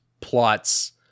plots